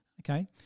Okay